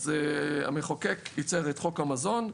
אז המחוקק חוקק את חוק המזון,